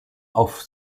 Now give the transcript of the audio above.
auf